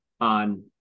on